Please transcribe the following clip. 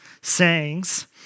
sayings